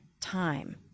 time